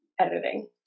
editing